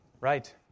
Right